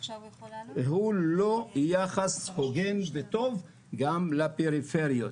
הוא לא יחס הוגן וטוב גם לפריפריות.